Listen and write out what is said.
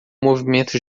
movimento